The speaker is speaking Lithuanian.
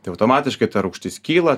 tai automatiškai ta rūgštis kyla